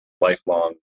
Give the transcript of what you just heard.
lifelong